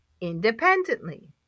independently